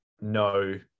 no